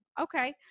Okay